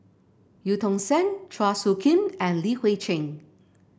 Eu Tong Sen Chua Soo Khim and Li Hui Cheng